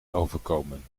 overkomen